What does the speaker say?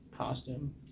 costume